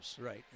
Right